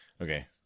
Okay